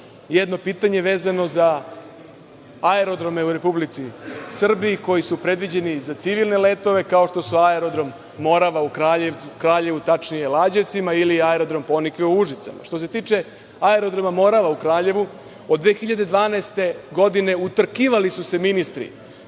jedno pitanje vezano za aerodrome u Republici Srbiji, koji su predviđeni za civilne letove, kao što su aerodrom Morava u Kraljevu, tačnije Lađevcima, ili aerodrom Ponikve u Užicu. Što se tiče aerodroma Morava u Kraljevu, od 2012. godine utrkivali su se ministri,